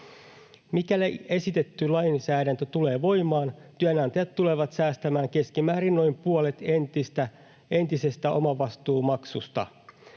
Mikäli esitetty lainsäädäntö tulee voimaan, työnantajat tulevat säästämään keskimäärin noin puolet entisestä omavastuumaksusta.